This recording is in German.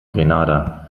grenada